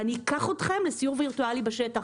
ואקח אתכם לסיור וירטואלי בשטח.